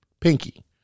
pinky